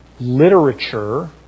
literature